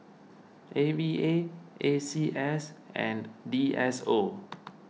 A V A A C S and D S O